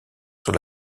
sur